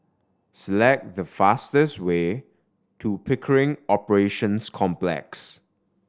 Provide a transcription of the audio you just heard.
select the fastest way to Pickering Operations Complex